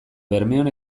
bermeon